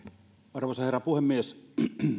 arvoisa herra puhemies